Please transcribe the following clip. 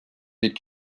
des